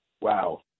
Wow